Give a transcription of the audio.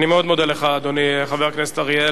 אני מאוד מודה לך, אדוני, חבר הכנסת אריאל.